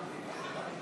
מי?